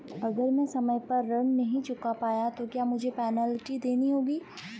अगर मैं समय पर ऋण नहीं चुका पाया तो क्या मुझे पेनल्टी देनी होगी?